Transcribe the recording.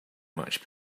much